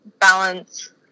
balance